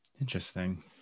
interesting